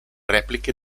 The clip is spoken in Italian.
repliche